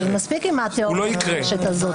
מספיק עם התיאוריה הזאת.